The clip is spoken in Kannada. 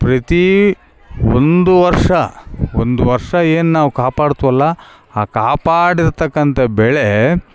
ಪ್ರತೀ ಒಂದು ವರ್ಷ ಒಂದು ವರ್ಷ ಏನು ನಾವು ಕಾಪಾಡ್ತಿವಲ್ಲ ಆ ಕಾಪಾಡಿರ್ತಕ್ಕಂಥ ಬೆಳೆ